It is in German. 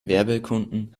werbekunden